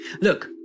Look